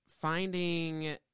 finding